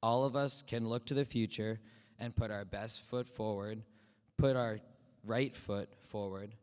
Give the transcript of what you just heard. all of us can look to the future and put our best foot forward put our right foot forward